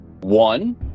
One